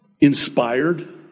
inspired